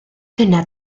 dyna